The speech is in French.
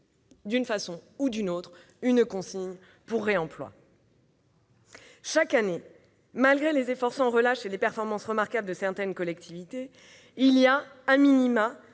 d'une façon ou d'une autre, à une consigne pour réemploi. Chaque année, en France, malgré les efforts sans relâche et les performances remarquables de certaines collectivités, 200 millions